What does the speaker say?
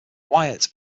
wyatt